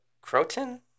Croton